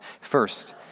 First